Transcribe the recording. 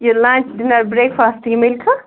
یہِ lunch dinner breakfast یہِ مِلۍکھٕ